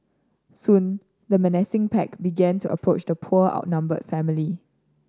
soon the menacing pack began to approach the poor outnumber family